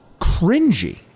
cringy